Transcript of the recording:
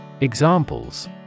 Examples